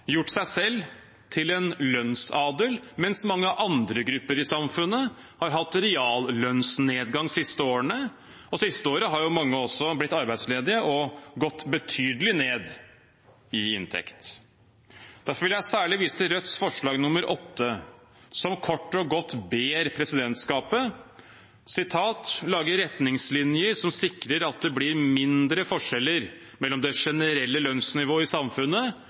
samfunnet har hatt reallønnsnedgang de siste årene, og mange også har blitt arbeidsledige og gått betydelig ned i inntekt det siste året. Derfor vil jeg særlig vise til Rødts forslag nr. 8, som kort og godt ber presidentskapet «utarbeide retningslinjer som sikrer at det blir mindre forskjeller mellom det generelle lønnsnivået i samfunnet